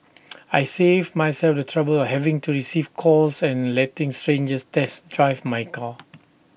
I saved myself the trouble of having to receive calls and letting strangers test drive my car